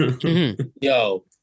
Yo